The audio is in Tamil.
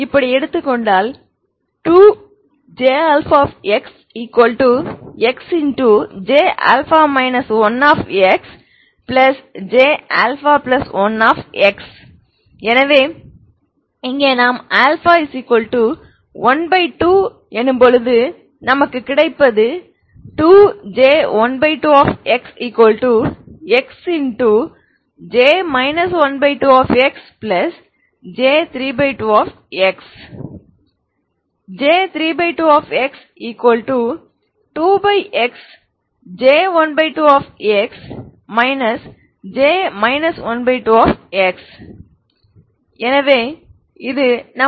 எனவே இப்படியெடுத்து கொண்டால் 2J xxJα 1xJα1x எனவே இங்கே நான் α12 எனும் போது நமக்கு கிடைப்பது 2J12 xxJ 12xJ32x J32x2xJ12 x J 12x எனவே இது என்னுடைய J32x